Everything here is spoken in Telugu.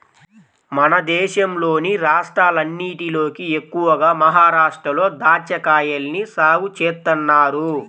మన దేశంలోని రాష్ట్రాలన్నటిలోకి ఎక్కువగా మహరాష్ట్రలో దాచ్చాకాయల్ని సాగు చేత్తన్నారు